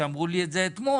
שאמרו לי את זה אתמול.